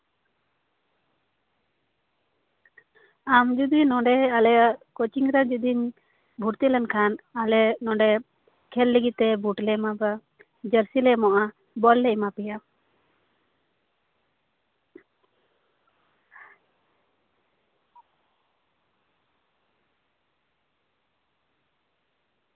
ᱟᱢ ᱡᱩᱫᱤ ᱱᱚᱸᱰᱮ ᱟᱞᱮᱭᱟᱜ ᱠᱳᱪᱤᱝ ᱨᱮᱢ ᱡᱩᱫᱤ ᱵᱷᱩᱨᱛᱤ ᱞᱮᱱᱠᱷᱟᱱ ᱟᱞᱮ ᱱᱚᱸᱰᱮ ᱠᱷᱮᱹᱞ ᱞᱟᱹᱜᱤᱫᱛᱮ ᱵᱩᱴ ᱞᱮ ᱮᱢᱟᱢᱟ ᱡᱟᱨᱥᱤ ᱞᱮ ᱮᱢᱚᱜᱼᱟ ᱵᱚᱞ ᱞᱮ ᱮᱢᱟ ᱯᱮᱭᱟ